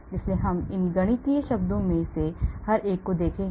इसलिए हम इन गणितीय शब्दों में से हर एक को देखेंगे